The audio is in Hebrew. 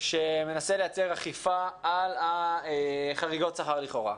שמנסה לייצר אכיפה על חריגות שכר לכאורה.